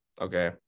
okay